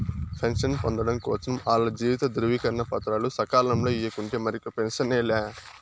pension పొందడం కోసరం ఆల్ల జీవిత ధృవీకరన పత్రాలు సకాలంల ఇయ్యకుంటే మరిక పెన్సనే లా